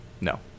No